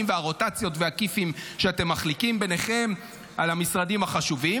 והרוטציות והכיפים שאתם מחליקים ביניכם על המשרדים החשובים,